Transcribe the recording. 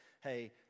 Hey